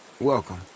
Welcome